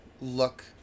look